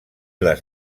les